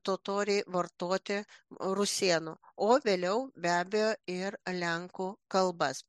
totoriai vartoti rusėnų o vėliau be abejo ir lenkų kalbas